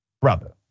brother